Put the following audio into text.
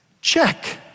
check